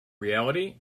reality